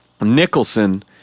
Nicholson